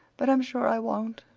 but i'm sure i won't!